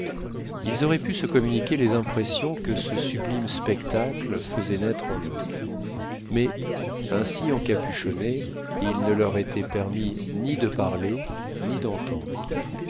ils auraient pu se communiquer les impressions que ce sublime spectacle faisait naître en eux mais ainsi encapuchonnés il ne leur était permis ni de parler ni d'entendre